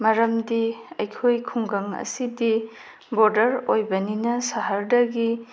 ꯃꯔꯝꯗꯤ ꯑꯩꯈꯣꯏ ꯈꯨꯡꯒꯪ ꯑꯁꯤꯗꯤ ꯕꯣꯔꯗ꯭ꯔ ꯑꯣꯏꯕꯅꯤꯅ ꯁꯍ꯭ꯔꯗꯒꯤ